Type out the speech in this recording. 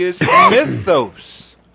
mythos